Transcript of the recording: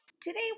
Today